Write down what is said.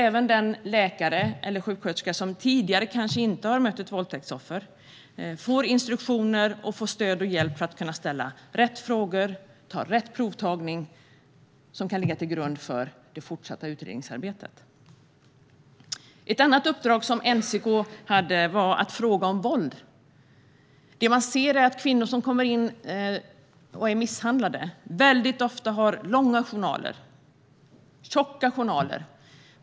Även den läkare eller sjuksköterska som tidigare kanske inte har mött ett våldtäktsoffer får instruktioner, stöd och hjälp för att kunna ställa rätt frågor och ta rätt prover som kan ligga till grund för det fortsatta utredningsarbetet. Ett annat uppdrag som NCK hade var att fråga om våld. Det man ser är att kvinnor som kommer in och är misshandlade väldigt ofta har långa och tjocka journaler.